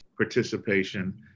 participation